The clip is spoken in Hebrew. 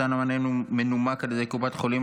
מתן מענה מנומק על ידי קופת החולים),